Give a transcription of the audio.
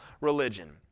religion